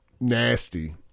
nasty